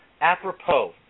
Apropos